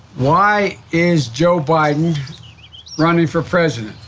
why is joe biden running for president?